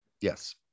Yes